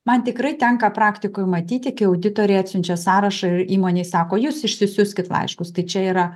man tikrai tenka praktikoj matyti kai auditorė atsiunčia sąrašą ir įmonei sako jis išsiųskit laiškus tai čia yra